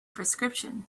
prescription